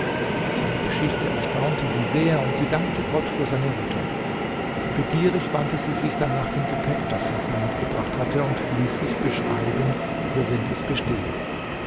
seine geschichte erstaunte sie sehr und sie dankte gott für seine rettung begierig wandte sie sich dann nach dem gepäck das hasan mitgebracht hatte und ließ sich beschreiben worin es bestehe